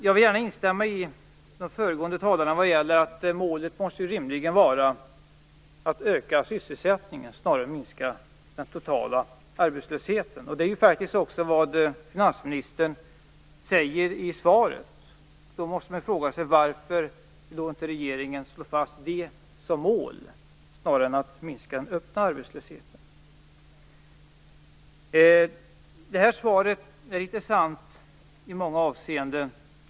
Jag vill gärna instämma i vad de föregående talarna sade om att målet rimligen måste vara att öka sysselsättningen snarare än att minska den totala arbetslösheten. Det är ju faktiskt också vad finansministern säger i svaret. Då måste man fråga sig varför regeringen inte slår fast det som målet snarare än att målet skall vara att minska den öppna arbetslösheten. Det här svaret är intressant i många avseenden.